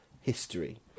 history